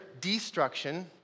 destruction